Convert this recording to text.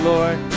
Lord